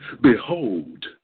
behold